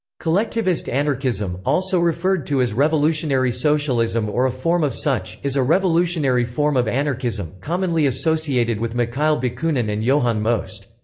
collectivist anarchism, also referred to as revolutionary socialism or a form of such, is a revolutionary form of anarchism, commonly associated with mikhail bakunin and johann most.